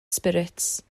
spirits